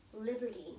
liberty